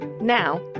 Now